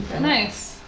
nice